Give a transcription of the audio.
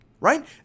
right